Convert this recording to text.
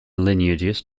lineages